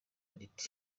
riti